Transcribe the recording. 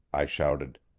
i shouted.